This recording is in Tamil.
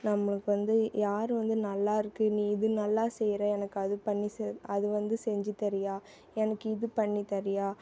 நம்மளுக்கு வந்து யார் வந்து நல்லா இருக்குது நீ இது நல்லா செய்கிற எனக்கு அது பண்ணி அது வந்து செஞ்சு தர்றியா எனக்கு இது பண்ணி தர்றியா